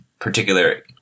particular